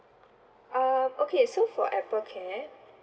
um okay so for Apple care